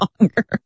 longer